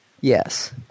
Yes